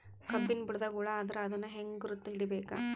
ಕಬ್ಬಿನ್ ಬುಡದಾಗ ಹುಳ ಆದರ ಅದನ್ ಹೆಂಗ್ ಗುರುತ ಹಿಡಿಬೇಕ?